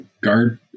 guard